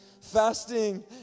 Fasting